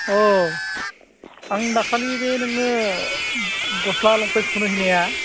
अ आं दाखालि बे नोंनो गस्ला लंपेन्ट सुनो हैनाया